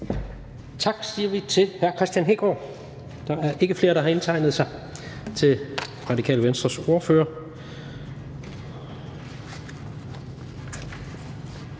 Tak siger vi til hr. Kristian Hegaard. Der er ikke flere, der har indtegnet sig til Radikale Venstres ordfører.